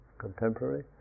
Contemporary